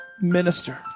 minister